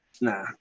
Nah